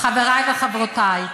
חבריי וחברותיי,